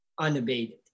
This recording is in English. unabated